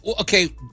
Okay